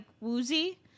woozy